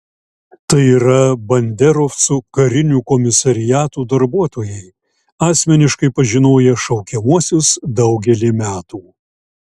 tai yra banderovcų karinių komisariatų darbuotojai asmeniškai pažinoję šaukiamuosius daugelį metų